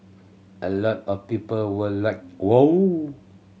a lot of people were like wow